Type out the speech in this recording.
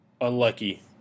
unlucky